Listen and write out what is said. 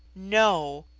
no!